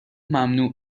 ممنوع